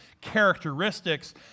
characteristics